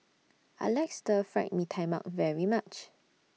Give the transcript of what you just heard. I like Stir Fried Mee Tai Mak very much